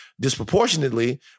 disproportionately